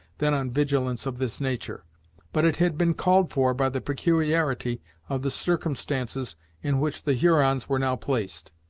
than on vigilance of this nature but it had been called for by the peculiarity of the circumstances in which the hurons were now placed.